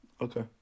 Okay